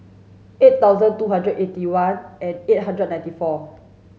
eight thousand two hundred eighty one eight eight hundred ninety four